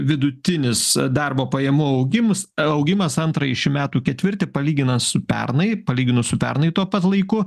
vidutinis darbo pajamų augims augimas antrąjį šių metų ketvirtį palyginus su pernai palyginus su pernai tuo pat laiku